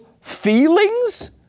feelings